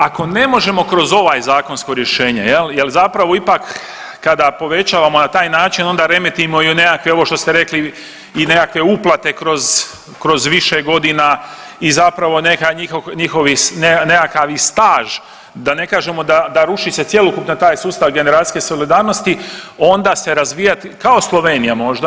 Ako ne možemo kroz ovo zakonsko rješenje, jer zapravo ipak kada povećavamo na taj način onda remetimo i nekakve ovo što ste rekli i nekakve uplate kroz više godina i zapravo i nekakav njihov i staž, da ne kažemo da ruši se taj cjelokupni sustav generacijske solidarnosti, onda se razvija kao Slovenija možda.